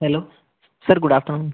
hello sir good afternoon